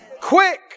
Quick